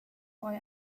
boy